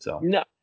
no